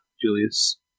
Julius